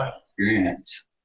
experience